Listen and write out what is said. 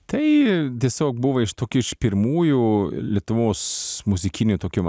tai tiesiog buvo iš tokių iš pirmųjų lietuvos muzikinių tokių